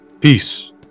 Peace